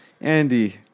Andy